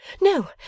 No